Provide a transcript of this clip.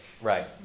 right